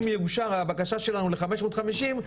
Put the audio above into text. אם תאושר הבקשה שלנו לחמש מאות חמישים,